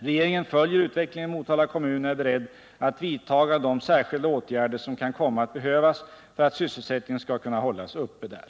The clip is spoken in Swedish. Regeringen följer utvecklingen i Motala kommun och är beredd att vidta de särskilda åtgärder som kan komma att behövas för att sysselsättningen skall kunna hållas uppe där.